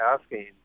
asking